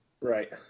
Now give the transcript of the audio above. Right